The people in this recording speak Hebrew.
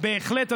שבהחלט,